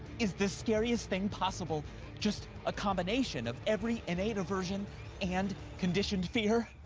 is the scariest thing possible just a combination of every innate aversion and conditioned fear?